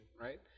right